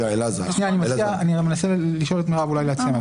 אני מנסה לשאול את מרב אולי להציע משהו.